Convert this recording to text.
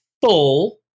full